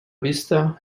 vista